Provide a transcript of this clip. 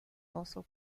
also